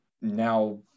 now